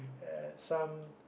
at some